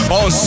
on